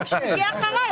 רק שהוא הגיע אחריי.